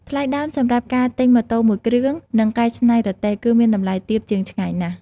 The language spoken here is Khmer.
ថ្លៃដើមសម្រាប់ការទិញម៉ូតូមួយគ្រឿង និងកែច្នៃរទេះ គឺមានតម្លៃទាបជាងឆ្ងាយណាស់។